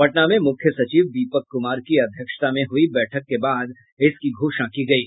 पटना में मुख्य सचिव दीपक कुमार की अध्यक्षता में हुयी बैठक के बाद इसकी घोषणा की गयी